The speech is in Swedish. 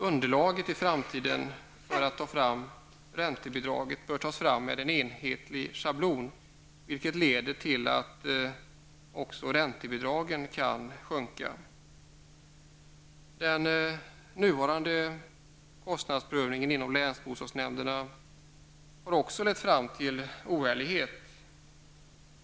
Underlaget för räntebidraget bör tas fram med en enhetlig schablon, vilket även leder till att kostnader för räntebidragen kan sjunka. Den nuvarande kostnadsprövningen inom länsbostadsnämnderna har också lett fram till oärlighet.